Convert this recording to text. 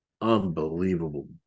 unbelievable